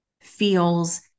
feels